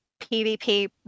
PvP